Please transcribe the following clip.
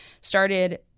Started